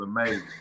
amazing